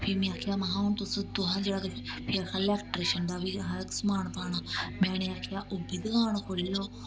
फ्ही में आखेआ महां हून तुस तुसा जेह्ड़ा किश बी इलैक्ट्रीशन दा बी अस समान पाना में इ'नें आखेआ ओह् बी दकान खोल्ली लैओ